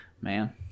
man